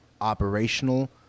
operational